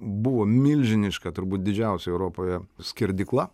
buvo milžiniška turbūt didžiausia europoje skerdykla